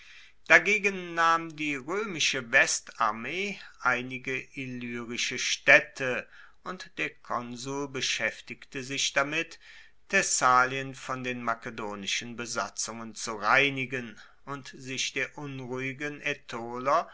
dagegen nahm die roemische westarmee einige illyrische staedte und der konsul beschaeftigte sich damit thessalien von den makedonischen besatzungen zu reinigen und sich der unruhigen